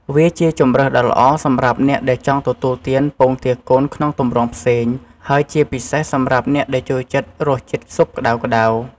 វាជាជម្រើសដ៏ល្អសម្រាប់អ្នកដែលចង់ទទួលទានពងទាកូនក្នុងទម្រង់ផ្សេង ហើយជាពិសេសសម្រាប់អ្នកដែលចូលចិត្តរសជាតិស៊ុបក្តៅៗ។